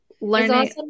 learning